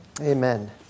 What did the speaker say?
Amen